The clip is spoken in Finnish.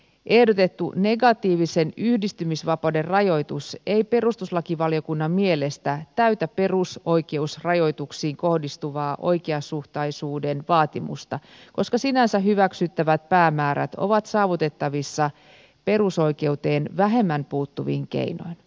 ehdotettu negatiivisen yhdistymisvapauden rajoitus ei perustuslakivaliokunnan mielestä täytä perusoikeusrajoituksiin kohdistuvaa oikeasuhtaisuuden vaatimusta koska sinänsä hyväksyttävät päämäärät ovat saavutettavissa perusoikeuteen vähemmän puuttuvin keinoin